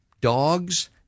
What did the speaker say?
dogs